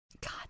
god